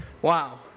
Wow